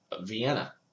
Vienna